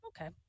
Okay